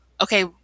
okay